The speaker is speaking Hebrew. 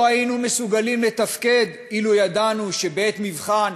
לא היינו מסוגלים לתפקד אילו ידענו שבעת מבחן